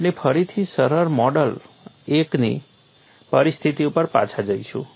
આપણે ફરીથી સરળ મોડ I ની પરિસ્થિતિ ઉપર પાછા જઈશું